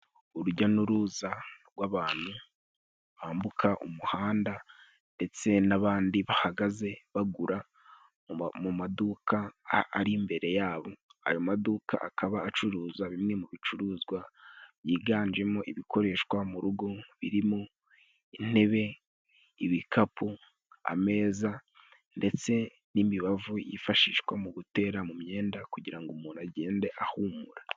Urujya n'uruza rw'abantu bambuka umuhanda ndetse n'abandi bahagaze bagura mu maduka ari imbere yabo. Ayo maduka akaba acuruza bimwe mu bicuruzwa byiganjemo ibikoreshwa mu rugo, birimo: intebe, ibikapu, ameza ndetse n'imibavu yifashishwa mu gutera mu myenda kugira ngo umuntu agende ahumura.